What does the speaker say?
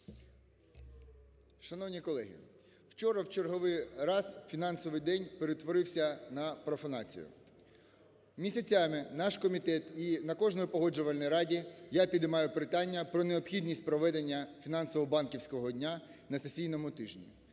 Шановні колеги, вчора в черговий раз фінансовий день перетворився на профанацію. Місяцями наш комітет і на кожній Погоджувальній раді я піднімаю питання про необхідність проведення фінансово-банківського дня на сесійному тижні.